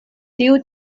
tiu